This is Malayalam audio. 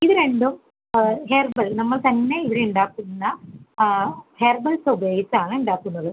ഇത് രണ്ടും ഹെർബൽ നമ്മൾ തന്നെ ഇവിടെ ഉണ്ടാക്കുന്ന ഹെർബൽസ് ഉപയോഗിച്ചാണ് ഉണ്ടാക്കുന്നത്